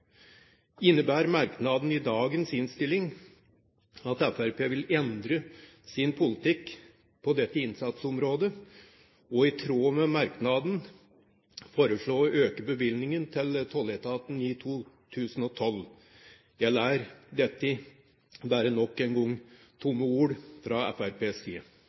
Innebærer merknaden i dagens innstilling at Fremskrittspartiet vil endre sin politikk på dette innsatsområdet, og i tråd med merknaden foreslå å øke bevilgningen til tolletaten i 2012? Eller er dette bare nok en gang tomme ord fra Fremskrittspartiets side?